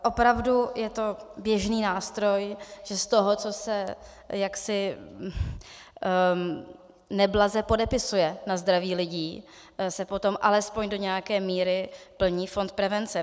Opravdu je to běžný nástroj, že z toho, co se neblaze podepisuje na zdraví lidí, se potom alespoň do nějaké míry plní fond prevence.